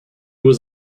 was